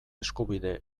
eskubide